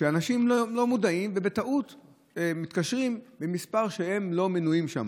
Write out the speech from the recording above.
אנשים לא מודעים ובטעות מתקשרים ממספר שהם לא מנויים שם.